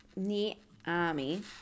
Niami